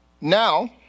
Now